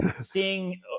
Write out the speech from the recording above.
seeing